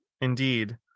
indeed